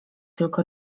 tylko